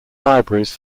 libraries